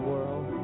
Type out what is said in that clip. world